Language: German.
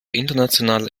internationaler